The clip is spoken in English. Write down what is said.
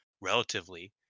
relatively